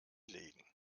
legen